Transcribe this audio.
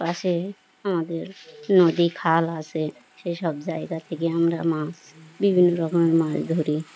পাশে আমাদের নদী খাল আসে সেসব জায়গা থেকে আমরা মাছ বিভিন্ন রকমের মাছ ধরি